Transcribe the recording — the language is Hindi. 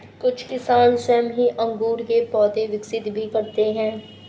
कुछ किसान स्वयं ही अंगूर के पौधे विकसित भी करते हैं